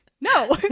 no